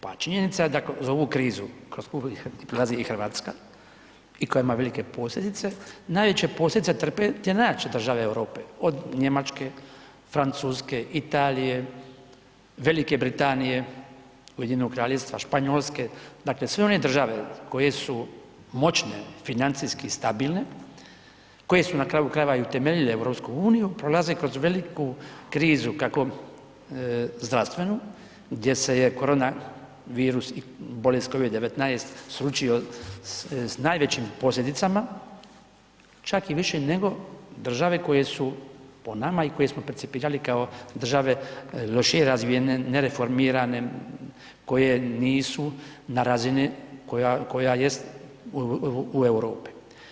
Pa činjenica da kroz ovih krizu kroz koju prolazi i Hrvatska i koje ima velike posljedice, najveće posljedice trpe te najjače države Europe, od Njemačke, Francuske, Italije, Velike Britanije, UK-a, Španjolske, dakle sve one države koje su moćne, financijski stabilne, koje su na kraju krajeva i utemeljile EU, prolaze kroz veliku krizu, kako zdravstvenu, gdje se je koronavirus, bolest COVID-19 sručio s najvećim posljedicama, čak i više nego države koje su po nama i koje smo percipirale kao države, lošije razvijene, nereformirane, koje nisu na razini koja jest u Europi.